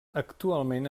actualment